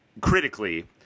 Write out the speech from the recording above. critically